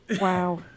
Wow